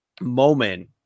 moment